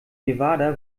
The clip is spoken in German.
nevada